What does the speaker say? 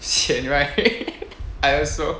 sian right I also